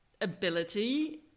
ability